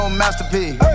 masterpiece